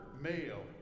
male